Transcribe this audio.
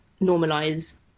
normalize